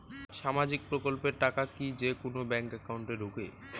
সামাজিক প্রকল্পের টাকা কি যে কুনো ব্যাংক একাউন্টে ঢুকে?